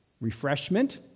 refreshment